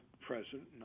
president